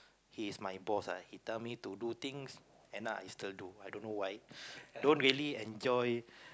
he is my boss uh he tell me to do things and I still do I don't know why don't really enjoy